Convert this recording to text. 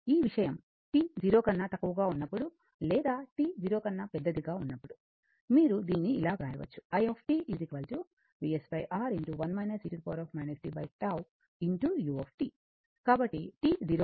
ఈ విషయం t 0 కన్నా తక్కువగా ఉన్నప్పుడు లేదా t 0 కన్నా పెద్దదిగా ఉన్నప్పుడు మీరు దీన్ని ఇలా వ్రాయవచ్చు i Vs R 1 e tτ u